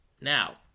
Now